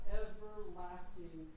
everlasting